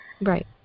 right